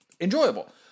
enjoyable